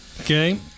Okay